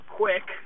quick